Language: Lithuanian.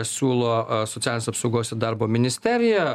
siūlo socialinės apsaugos ir darbo ministerija